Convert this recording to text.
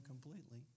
completely